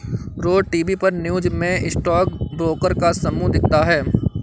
रोज TV पर news में stock broker का समूह दिखता है